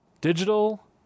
Digital